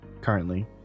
currently